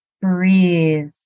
Breathe